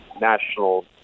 national